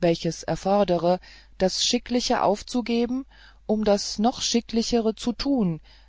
welches erfordere das schickliche aufzugeben um das noch schicklichere zu tun